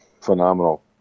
phenomenal